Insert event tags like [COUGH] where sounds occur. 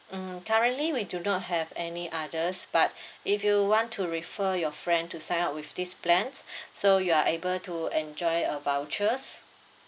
mm currently we do not have any others but if you want to refer your friend to sign up with this plans [BREATH] so you are able to enjoy a vouchers